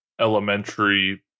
elementary